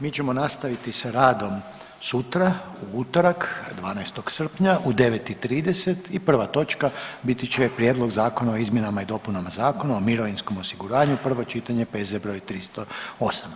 Mi ćemo nastaviti sa radom sutra u utorak 12. srpnja u 9,30 i prva točka biti će Prijedlog zakona o izmjenama i dopunama Zakona o mirovinskom osiguranju, prvo čitanje, P.Z. br. 308.